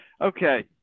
okay